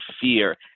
fear